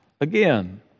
again